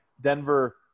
Denver